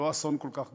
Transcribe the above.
לא אסון כל כך גדול,